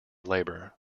labour